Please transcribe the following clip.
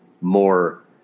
more